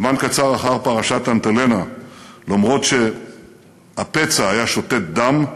זמן קצר אחר פרשת "אלטלנה"; למרות שהפצע היה שותת דם,